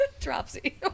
dropsy